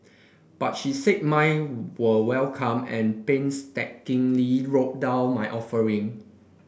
but she said mine were welcome and painstakingly wrote down my offering